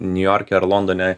niujorke ar londone